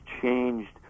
changed